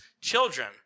children